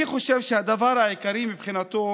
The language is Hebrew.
אני חושב שהדבר העיקרי מבחינתו